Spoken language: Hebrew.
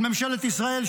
של ממשלת ישראל,